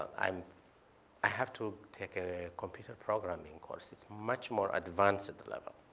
i um i have to take a computer programming course. it's much more advanced at the level.